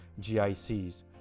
GICs